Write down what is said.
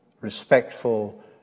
respectful